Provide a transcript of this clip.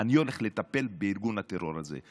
אני הולך לטפל בארגון הטרור הזה.